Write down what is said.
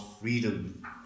freedom